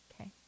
Okay